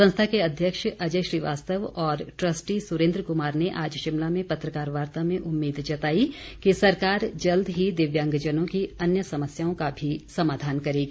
संस्था के अध्यक्ष अजय श्रीवास्तव और ट्रस्टी सुरेन्द्र कुमार ने आज शिमला में पत्रकारवार्ता में उम्मीद जताई कि सरकार जल्द ही दिव्यांगजनों की अन्य समस्याओं का भी समाधान करेगी